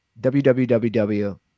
www